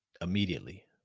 immediately